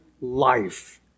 life